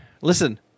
listen